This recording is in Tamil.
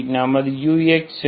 நமது ux என்ன